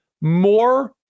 more